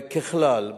2. ככלל,